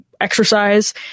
exercise